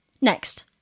Next